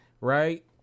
Right